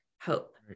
hope